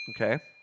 Okay